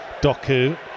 Doku